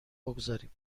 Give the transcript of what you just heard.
بگذاریم